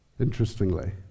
interestingly